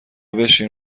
بشین